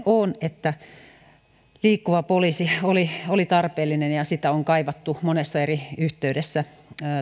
on että liikkuva poliisi oli oli tarpeellinen ja sitä on kaivattu monessa eri yhteydessä